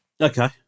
Okay